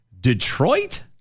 Detroit